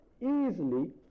easily